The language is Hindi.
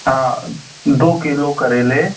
हाँ दो किलो करेले